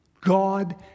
God